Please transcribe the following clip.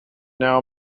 now